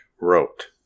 wrote